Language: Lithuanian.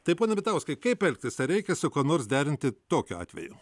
tai pone bitauskai kaip elgtis ar reikia su kuo nors derinti tokiu atveju